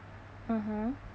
(uh huh)